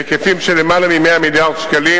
בהיקפים של למעלה מ-100 מיליארד שקלים.